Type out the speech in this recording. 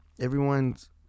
Everyone's